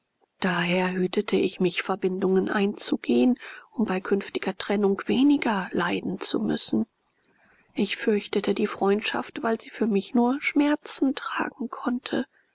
daher hütete ich mich verbindungen einzugehen um bei künftiger trennung weniger leiden zu müssen ich fürchtete die freundschaft weil sie für mich nur schmerzen tragen konnte